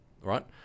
right